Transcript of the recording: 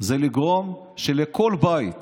זה לגרום שלכל בית